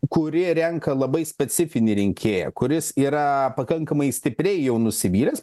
kuri renka labai specifinį rinkėją kuris yra pakankamai stipriai jau nusivylęs